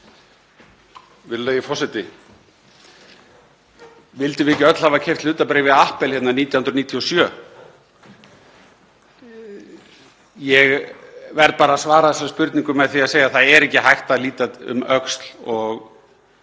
Virðulegi forseti. Vildum við ekki öll hafa keypt hlutabréf í Apple 1997? Ég verð bara að svara þessari spurningu með því að segja: Það er ekki hægt að líta um öxl og